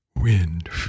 Wind